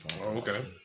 Okay